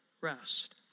rest